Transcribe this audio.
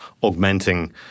augmenting